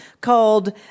called